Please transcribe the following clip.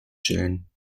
chillen